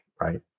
right